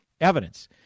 evidence